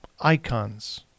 icons